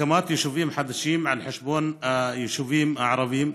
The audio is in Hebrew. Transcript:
הקמת ישובים חדשים על חשבון היישובים הערביים,